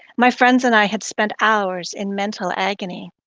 my friends and i had spent hours in mental agony.